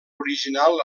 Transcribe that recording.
original